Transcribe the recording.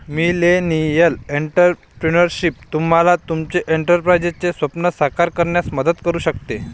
millennial entrepreneurship तुम्हाला तुमचे एंटरप्राइझचे स्वप्न साकार करण्यात मदत करू शकते